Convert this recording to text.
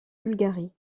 bulgarie